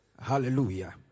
Hallelujah